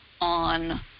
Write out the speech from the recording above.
on